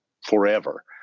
forever